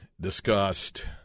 discussed